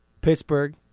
Pittsburgh